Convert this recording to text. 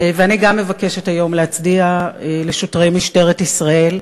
ואני גם מבקשת היום להצדיע לשוטרי משטרת ישראל.